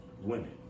Women